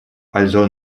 also